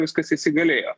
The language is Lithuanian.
viskas įsigalėjo